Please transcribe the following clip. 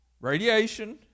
radiation